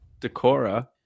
Decora